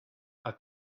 have